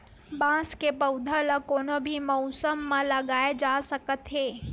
बांस के पउधा ल कोनो भी मउसम म लगाए जा सकत हे